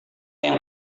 yang